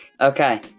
Okay